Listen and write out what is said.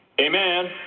Amen